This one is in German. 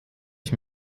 ich